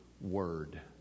word